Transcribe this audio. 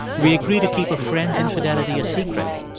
we agree to keep a friend's infidelity a secret,